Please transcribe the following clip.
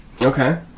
okay